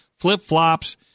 Flip-flops